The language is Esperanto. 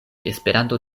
esperanto